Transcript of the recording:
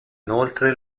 inoltre